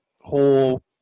whole